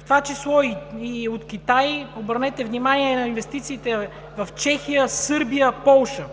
в това число и от Китай – обърнете внимание на инвестициите в Чехия, Сърбия, Полша.